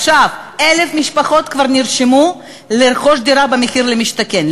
עכשיו 1,000 משפחות כבר נרשמו לרכוש דירה במחיר למשתכן.